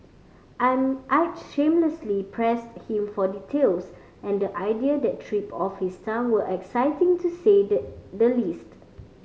I'm I shamelessly pressed him for details and the ideas that tripped off his tongue were exciting to say the the least